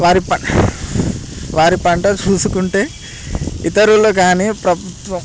వారి పం వారి పంట చూసుకుంటే ఇతరులకు కానీ ప్రభుత్వం